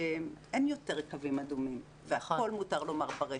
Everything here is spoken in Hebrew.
שאין יותר קווים אדומים והכול מותר לומר ברשת,